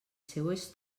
seues